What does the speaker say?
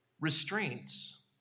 restraints